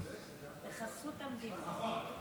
בחסות המדינה.